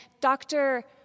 Dr